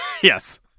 yes